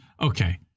okay